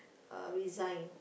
uh resign